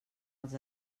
els